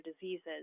diseases